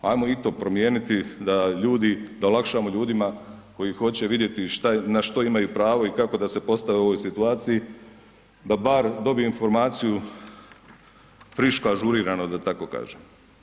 Ajmo i to promijeniti da ljudi, da olakšamo ljudima koji hoće vidjeti na što imaju pravo i kako da se postave u ovoj situaciji da bar dobiju informaciju friško ažurirano da tako kažem.